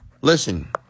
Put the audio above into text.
Listen